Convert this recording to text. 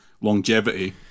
longevity